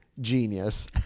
genius